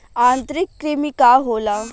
आंतरिक कृमि का होला?